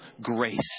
grace